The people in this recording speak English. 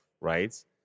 right